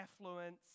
affluence